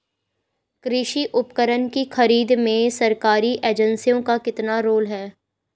कृषि उपकरण की खरीद में सरकारी एजेंसियों का कितना रोल है?